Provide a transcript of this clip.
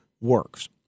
works